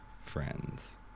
friends